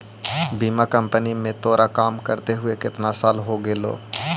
बीमा कंपनी में तोरा काम करते हुए केतना साल हो गेलो